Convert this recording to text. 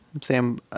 Sam